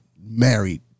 married